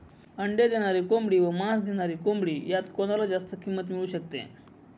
अंडी देणारी कोंबडी व मांस देणारी कोंबडी यात कोणाला जास्त किंमत मिळू शकते?